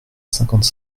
cinquante